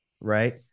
right